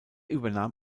übernahm